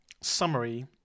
summary